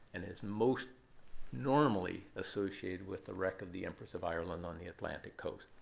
and it's most normally associated with the wreck of the empress of ireland on the atlantic coast.